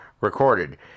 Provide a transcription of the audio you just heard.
recorded